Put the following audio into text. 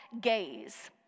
gaze